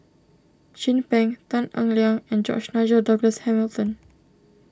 Chin Peng Tan Eng Liang and George Nigel Douglas Hamilton